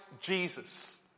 Jesus